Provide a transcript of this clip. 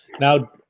Now